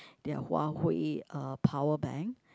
their Huawei uh powerbank